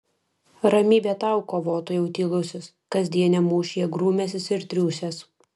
ramybė tau kovotojau tylusis kasdieniam mūšyje grūmęsis ir triūsęs